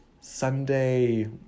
sunday